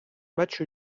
match